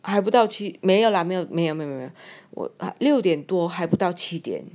还不到七没有了没有 我六点多还不到七点